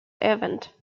event